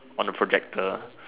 on the projector